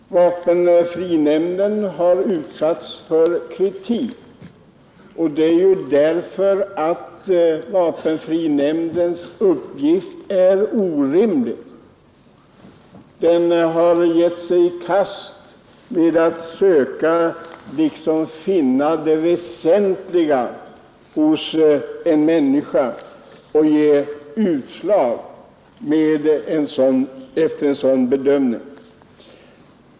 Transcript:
Vapenfrinämnden har utsatts för kritik. Anledningen härtill är att vapenfrinämndens uppgift är orimlig. Den har gett sig i kast med att söka finna det väsentliga hos en människa och ge utslag efter en sådan bedömning.